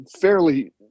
fairly